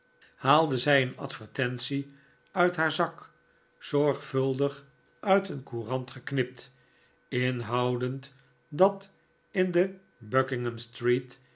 haalde zij een advertentie uit haar zak zorgvuldig uit een courant geknipt inhoudend dat er in buckingham street in de